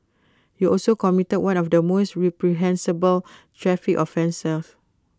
you also committed one of the most reprehensible traffices offences